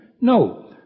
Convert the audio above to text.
No